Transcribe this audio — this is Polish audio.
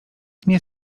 nie